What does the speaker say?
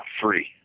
free